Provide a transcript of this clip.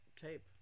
tape